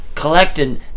Collecting